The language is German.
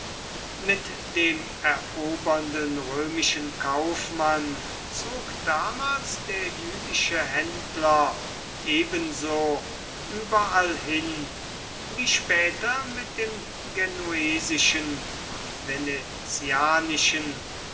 mit dem erobernden römischen kaufmann zog damals der jüdische händler ebenso überall hin wie später mit dem genuesischen und venezianischen